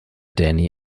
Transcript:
dani